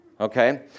okay